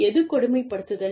எது கொடுமைப்படுத்துதல்